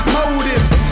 motives